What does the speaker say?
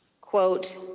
Quote